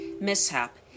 Mishap